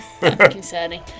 concerning